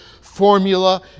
formula